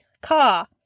car